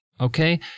okay